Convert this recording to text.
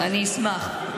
אני אשמח.